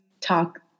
talk